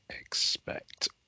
expect